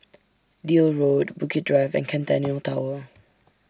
Deal Road Bukit Drive and Centennial Tower